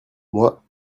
moi